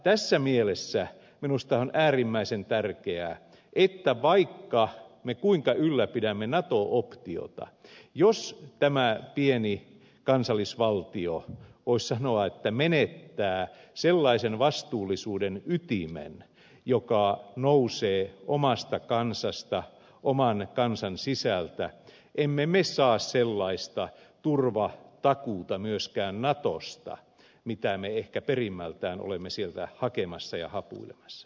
tässä mielessä minusta on äärimmäisen tärkeää että vaikka me kuinka ylläpidämme nato optiota jos tämä pieni kansallisvaltio voisi sanoa menettää sellaisen vastuullisuuden ytimen joka nousee omasta kansasta oman kansan sisältä emme me saa sellaista turvatakuuta myöskään natosta mitä me ehkä perimmältään olemme sieltä hakemassa ja hapuilemassa